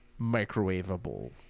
microwavable